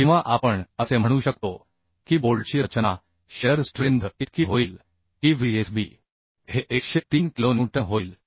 किंवा आपण असे म्हणू शकतो की बोल्टची रचना शिअर स्ट्रेंथ इतकी होईल की Vdsb हे 103 किलोन्यूटन होईल